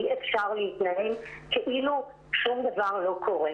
אי-אפשר להתנהל כאילו שום דבר לא קורה.